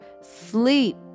sleep